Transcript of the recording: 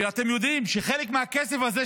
ואתם יודעים שחלק מהכסף הזה,